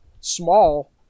small